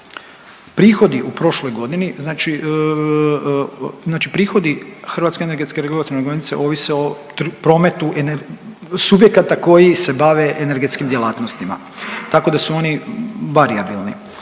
prihodi Hrvatske energetske regulatorne agencije ovise o prometu subjekata koji se bave energetskim djelatnostima tako da su oni varijabilni